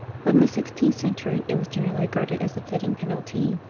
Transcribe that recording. but in the sixteenth century it was generally regarded as a fitting penalty.